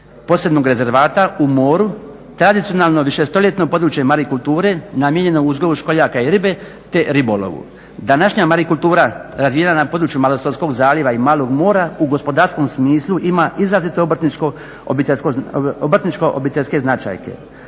posebnog rezervata u moru tradicionalno višestoljetno područje marikulture namijenjeno uzgoju školjaka i ribe te ribolovu. Današnja marikultura razvijena na području Malostonskog zaljeva i Malog mora u gospodarskom smislu ima izrazito obrtničko–obiteljske značajke.